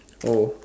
oh